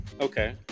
Okay